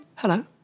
Hello